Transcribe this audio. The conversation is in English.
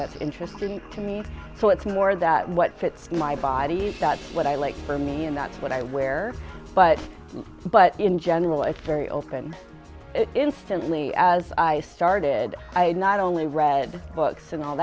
that's interesting to me so it's more that what fits my body what i like for me and not what i wear but but in general it's very open instantly as i started i not only read books and all